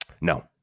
No